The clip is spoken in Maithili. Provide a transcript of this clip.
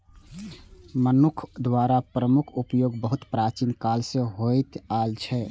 मनुक्ख द्वारा भूमिक उपयोग बहुत प्राचीन काल सं होइत आयल छै